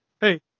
Hey